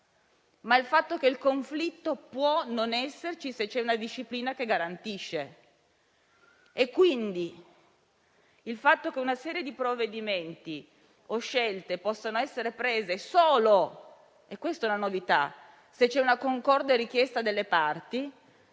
ma il fatto che il conflitto può non esserci se c'è una disciplina che garantisce. Il fatto che una serie di provvedimenti o scelte possano essere presi solo - questa è la novità - se c'è una concorde richiesta delle parti,